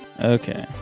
Okay